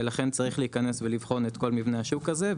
ולכן צריך להיכנס ולבחון את כל מבנה השוק הזה.